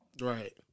Right